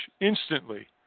instantly